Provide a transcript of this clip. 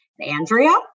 Andrea